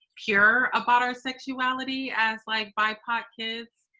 pure about our sexuality, as like bipoc kids,